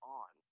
on